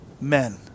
men